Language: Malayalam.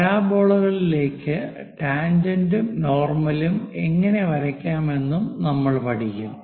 പരാബോളകളിലേക്ക് ടാൻജെന്റും നോർമലും എങ്ങനെ വരയ്ക്കാമെന്നും നമ്മൾ പഠിക്കും